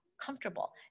comfortable